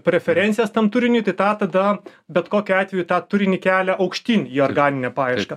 preferencijas tam turiniui tai tą tada bet kokiu atveju tą turinį kelia aukštyn į organinę paiešką